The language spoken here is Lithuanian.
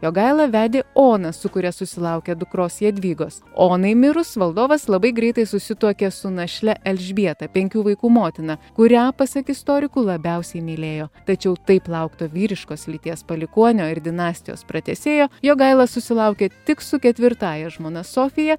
jogaila vedė oną su kuria susilaukė dukros jadvygos onai mirus valdovas labai greitai susituokė su našle elžbieta penkių vaikų motina kurią pasak istorikų labiausiai mylėjo tačiau taip laukto vyriškos lyties palikuonio ir dinastijos pratęsėjo jogaila susilaukė tik su ketvirtąja žmona sofija